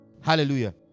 Hallelujah